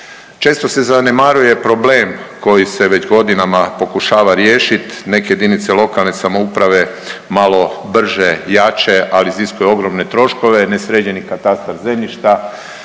Često se zanemaruje problem koji se već godinama pokušava riješit, neke jedinice lokalne samouprave malo brže, jače, ali iziskuje ogromne troškove, nesređeni katastar zemljišta,